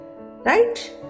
Right